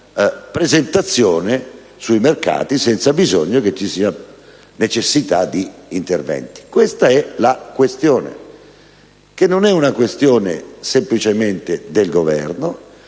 Questa è la questione, che non è una questione semplicemente del Governo;